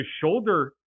shoulder